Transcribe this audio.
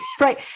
right